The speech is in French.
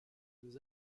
nous